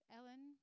Ellen